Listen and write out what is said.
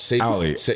Ali